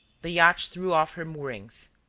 the yacht threw off her moorings.